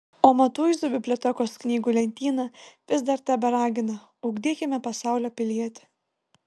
o matuizų bibliotekos knygų lentyna vis dar teberagina ugdykime pasaulio pilietį